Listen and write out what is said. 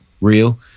real